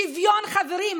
שוויון, חברים.